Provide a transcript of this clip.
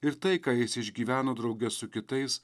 ir tai ką jis išgyveno drauge su kitais